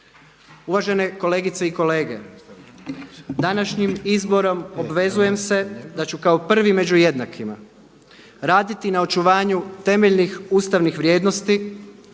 Uvažene kolegice i kolege, današnjim izborom obvezujem se da ću kao prvi među jednakima raditi na očuvanju temeljnih ustavnih vrijednosti,